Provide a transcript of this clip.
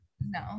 No